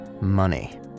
money